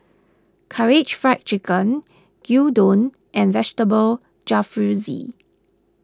Karaage Fried Chicken Gyudon and Vegetable Jalfrezi